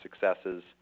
successes